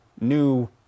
new